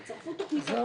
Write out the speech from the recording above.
ותצרפו תוכנית עבודה.